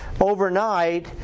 overnight